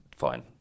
Fine